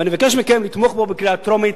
ואני מבקש מכם לתמוך בו בקריאה טרומית.